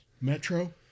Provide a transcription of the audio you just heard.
metro